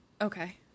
okay